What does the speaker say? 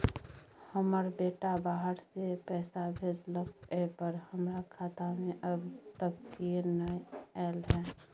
हमर बेटा बाहर से पैसा भेजलक एय पर हमरा खाता में अब तक किये नाय ऐल है?